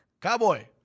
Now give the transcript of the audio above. Cowboy